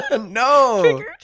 No